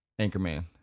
Anchorman